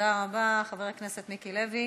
תודה רבה, חבר הכנסת מיקי לוי.